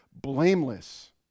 blameless